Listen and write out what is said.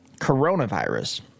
coronavirus